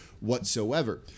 whatsoever